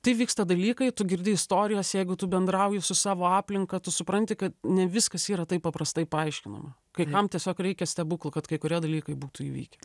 tai vyksta dalykai tu girdi istorijas jeigu tu bendrauji su savo aplinka tu supranti ka ne viskas yra taip paprastai paaiškinama kai kam tiesiog reikia stebuklo kad kai kurie dalykai būtų įvykę